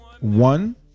one